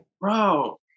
bro